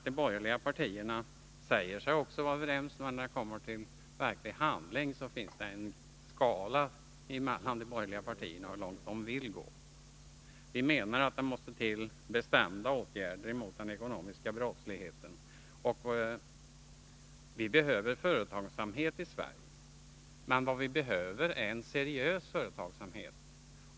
De borgerliga partierna säger sig också vara för att åtgärder måste vidtas, men när det kommer till verklig handling finns det en skala för hur långt de borgerliga partierna vill gå. Vi menar att det måste till bestämda åtgärder mot den ekonomiska brottsligheten. Vi behöver företagsamhet i Sverige, men vad vi behöver är en seriös företagsamhet.